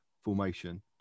formation